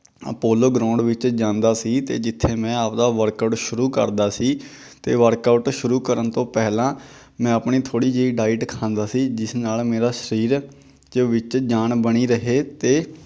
Apollo ground ਵਿੱਚ ਜਾਂਦਾ ਸੀ ਅਤੇ ਜਿੱਥੇ ਮੈਂ ਆਪਦਾ ਵਰਕਆਊਟ ਸ਼ੁਰੂ ਕਰਦਾ ਸੀ ਅਤੇ ਵਰਕਆਊਟ ਸ਼ੁਰੂ ਕਰਨ ਤੋਂ ਪਹਿਲਾਂ ਮੈਂ ਆਪਣੀ ਥੋੜ੍ਹੀ ਜਿਹੀ ਡਾਈਟ ਖਾਂਦਾ ਸੀ ਜਿਸ ਨਾਲ ਮੇਰਾ ਸਰੀਰ ਦੇ ਵਿੱਚ ਜਾਨ ਬਣੀ ਰਹੇ ਅਤੇ